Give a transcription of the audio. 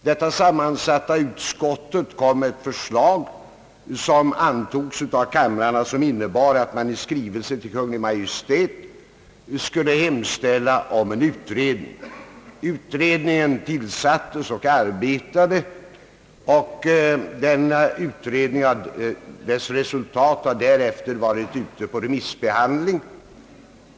Detta sammansatta utskott kom med ett förslag som antogs av kamrarna och som innebar att man i skrivelse till Kungl. Maj:t hemställde om utredning. Utredningen tillsattes, och dess förslag har varit ute på remissbehandling.